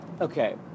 Okay